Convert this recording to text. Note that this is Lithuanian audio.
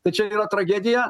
tai čia yra tragedija